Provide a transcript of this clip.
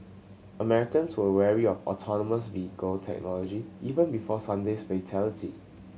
Americans were wary of autonomous vehicle technology even before Sunday's fatality